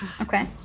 okay